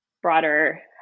Broader